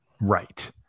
right